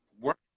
work